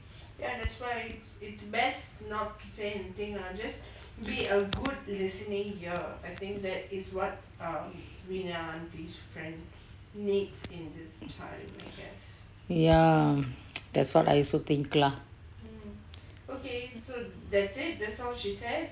ya that's what I also think lah